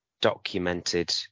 documented